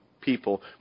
people